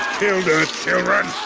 killed her children.